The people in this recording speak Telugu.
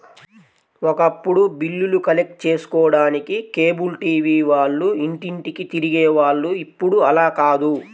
ఒకప్పుడు బిల్లులు కలెక్ట్ చేసుకోడానికి కేబుల్ టీవీ వాళ్ళు ఇంటింటికీ తిరిగే వాళ్ళు ఇప్పుడు అలా కాదు